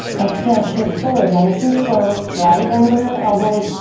exhale, shift forward, nice and slow. slight bend in the elbows.